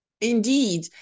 Indeed